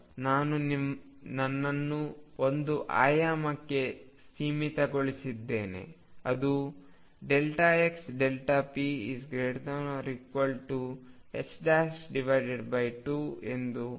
ನಾನು ನನ್ನನ್ನು ಒಂದು ಆಯಾಮಕ್ಕೆ ಸೀಮಿತಗೊಳಿಸಿದ್ದೇನೆ ಅದು xp≥2 ಎಂದು ಹೇಳುತ್ತದೆ